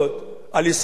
על יסוד "הודנה"?